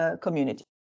community